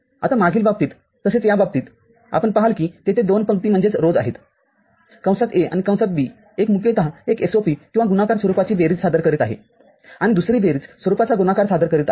आता मागील बाबतीत तसेच या बाबतीत आपण पहाल की तेथे दोन पंक्तीआहेत आणि एक मुख्यतः एक SOP किंवा गुणाकार स्वरूपाची बेरीज सादर करीत आहे आणि दुसरी बेरीज स्वरूपाचा गुणाकार सादर करीत आहे